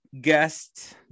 guest